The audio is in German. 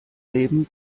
leben